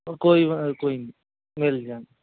ਕੋਈ ਕੋਈ ਨਹੀਂ ਮਿਲ ਜਾਣੀ